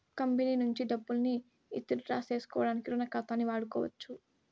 company నుంచి డబ్బుల్ని withdraw సేసుకోడానికి రుణ ఖాతాని వాడుకోవచ్చు